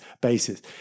basis